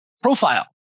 profile